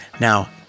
now